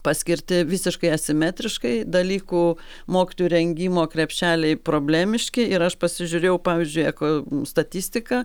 paskirti visiškai asimetriškai dalykų mokytojų rengimo krepšeliai problemiški ir aš pasižiūrėjau pavyzdžiui eko statistiką